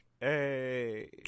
Hey